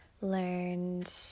learned